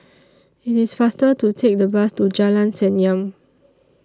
IT IS faster to Take The Bus to Jalan Senyum